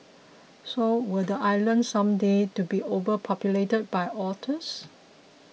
so will the island someday to be overpopulated by otters